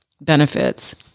benefits